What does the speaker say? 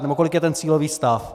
Nebo kolik je ten cílový stav?